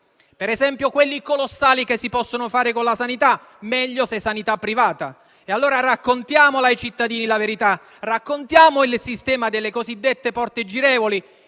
ad esempio, quelli colossali che si possono fare con la sanità, meglio se sanità privata. E allora raccontiamo ai cittadini la verità. Raccontiamo il sistema delle cosiddette porte girevoli,